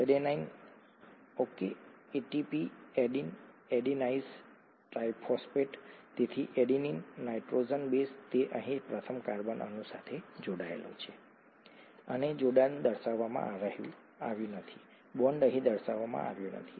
adenine okay ATP એડીન adenosine triphosphate તેથી adenine nitrogenous base તે અહીં પ્રથમ કાર્બન અણુ સાથે જોડાયેલો છે અને જોડાણ દર્શાવવામાં આવ્યું નથી બોન્ડ અહીં દર્શાવવામાં આવ્યો નથી